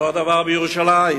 אותו הדבר בירושלים.